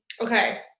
okay